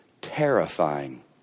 terrifying